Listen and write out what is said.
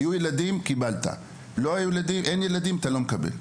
היו ילדים קיבלת, אין ילדים אתה לא מקבל.